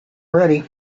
ready